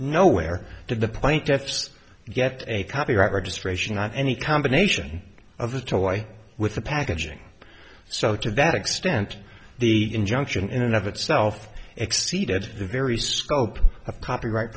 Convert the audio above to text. nowhere did the plaintiffs get a copyright registration on any combination of the toy with the packaging so to that extent the injunction in another itself exceeded the very scope of copyright